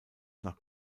nach